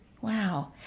Wow